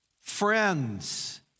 Friends